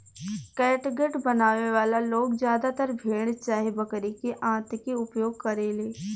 catgut बनावे वाला लोग ज्यादातर भेड़ चाहे बकरी के आंत के उपयोग करेले